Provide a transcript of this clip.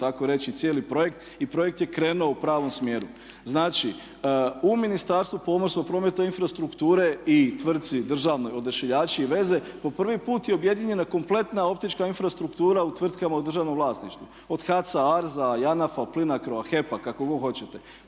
tako reći cijelog projekta i projekt je krenuo u pravom smjeru. Znači, u Ministarstvu pomorstva, prometa i infrastrukture i tvrtci državnoj Odašiljači i veze po prvi put je objedinjena kompletna optička infrastruktura u tvrtkama u državnom vlasništvu, od HAC-a, ARZ-a, JANAF-a, Plinacroa, HEP-a kako god hoćete.